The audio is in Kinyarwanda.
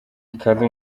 kalou